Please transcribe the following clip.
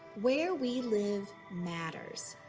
where we live matters,